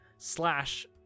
slash